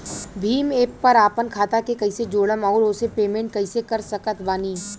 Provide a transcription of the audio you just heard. Bhim app पर आपन खाता के कईसे जोड़म आउर ओसे पेमेंट कईसे कर सकत बानी?